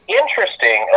interesting